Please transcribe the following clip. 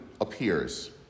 appears